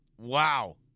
Wow